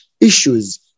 issues